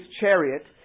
chariot